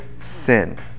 sin